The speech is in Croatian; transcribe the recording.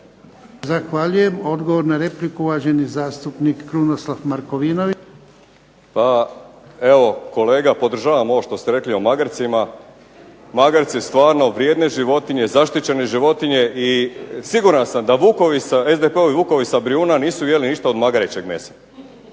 Zahvaljujem. Odgovor na repliku uvaženi zastupnik Krunoslav Markovinović. **Markovinović, Krunoslav (HDZ)** Hvala. Evo, kolega podržavam ovo što ste rekli o magarcima. Magarci stvarno vrijedne životinje, zaštićene životinje i siguran sam da vukovi, SDP-ovi vukovi sa Brijuna nisu jeli ništa od magarećeg mesa.